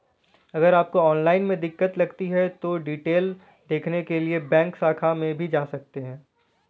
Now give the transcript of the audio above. अगर आपको ऑनलाइन में दिक्कत लगती है तो डिटेल देखने के लिए बैंक शाखा में भी जा सकते हैं